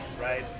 right